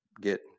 get